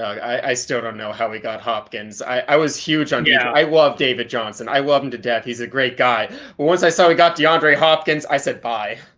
i still don't know how he got hopkins. i was huge on, yeah. i love david johnson. i love him to death. he's a great guy. but once i saw he got deandre hopkins, i said, bye.